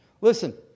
listen